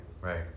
right